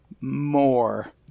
more